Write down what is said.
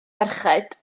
ferched